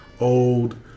old